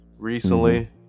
recently